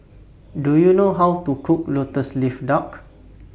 Do YOU know How to Cook Lotus Leaf Duck